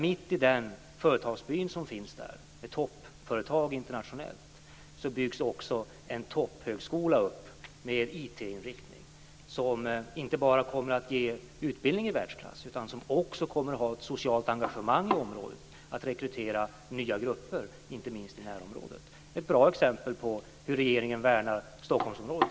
Mitt i den företagsby som finns där, ett toppföretag internationellt, byggs också en topphögskola med IT inriktning upp. Den kommer inte bara att ge utbildning i världsklass utan kommer också att ha ett socialt engagemang i området för att rekrytera nya grupper, inte minst i närområdet. Det är ett bra exempel på hur regeringen värnar också Stockholmsområdet.